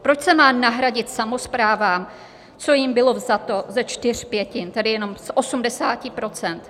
Proč se má nahradit samosprávám, co jim bylo vzato, ze čtyř pětin, tedy jenom z 80 %?